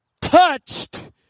touched